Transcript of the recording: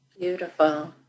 Beautiful